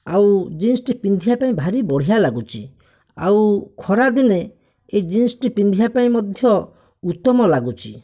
ଆଉ ଜିନ୍ସ୍ଟି ପିନ୍ଧିବା ପାଇଁ ଭାରି ବଢ଼ିଆ ଲାଗୁଛି ଆଉ ଖରାଦିନେ ଏହି ଜିନ୍ସ୍ଟି ପିନ୍ଧିବା ପାଇଁ ମଧ୍ୟ ଉତ୍ତମ ଲାଗୁଛି